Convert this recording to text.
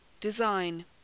Design